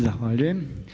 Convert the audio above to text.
Zahvaljujem.